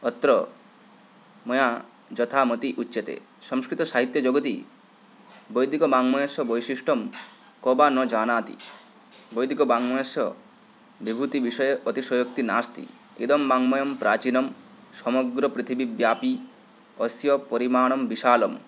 अत्र मया यथामति उच्यते संस्कृतसाहित्यजगति वैदिकवाङ्ग्मयस्य वैशिष्ट्यम् को वा न जानाति वैदिकवाङ्ग्मयस्य विभूतिविषय अतिशयोक्तिः नास्ति इदं वाङ्गमयं प्राचीनं समग्रपृथिवीव्यापी अस्य परिमाणं विशालं